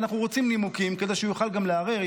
אנחנו רוצים נימוקים, כדי שהוא יוכל גם לערער.